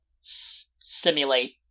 simulate